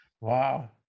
Wow